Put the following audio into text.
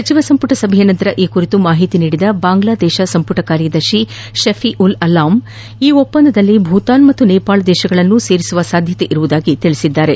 ಸಚಿವ ಸಂಪುಟ ಸಭೆಯ ನಂತರ ಈ ಕುರಿತು ಮಾಹಿತಿ ನೀಡಿದ ಬಾಂಗ್ಲಾದೇಶ ಸಂಪುಟ ಕಾರ್ಯದರ್ಶಿ ಶಫೀವುಲ್ ಆಲಾಮ್ ಈ ಒಪ್ಪಂದದಲ್ಲಿ ಭೂತಾನ್ ಮತ್ತ ನೇಪಾಳ ದೇಶಗಳನ್ನು ಸೇರಿಸುವ ಸಾಧ್ಯತೆ ಇದೆ ಎಂದರು